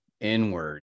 inward